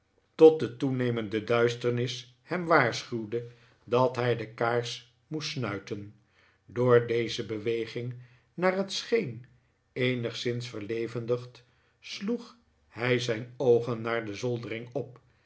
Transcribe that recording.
tot de toenemende duis ternis hem waarschuwde dat hij de kaars moest snuiten door deze beweging naar het scheen eenigszins verlevendigd sloeg hij zijn oogen naar de zoldering op